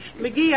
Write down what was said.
McGee